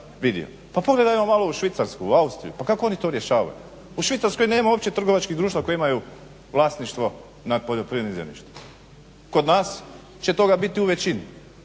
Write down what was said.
Pa pogledajmo malo u Švicarsku, Austriju pa kako oni to rješavaju? U Švicarskoj nema uopće trgovačkih društava koje imaju vlasništvo nad poljoprivrednim zemljištem. Kod nas će toga biti u većini